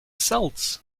celts